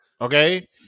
Okay